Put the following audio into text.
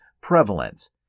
prevalence